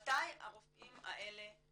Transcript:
מתי הרופאים האלה,